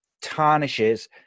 tarnishes